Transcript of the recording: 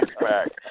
back